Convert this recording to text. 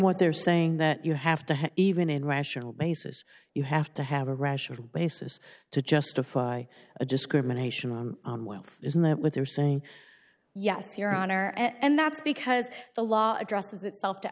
what they're saying that you have to have even in a rational basis you have to have a rational basis to justify a discrimination on wealth isn't that what they're saying yes your honor and that's because the law addresses itself to